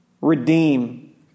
redeem